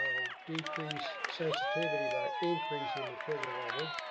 i'll decrease sensitivity by increasing the trigger level.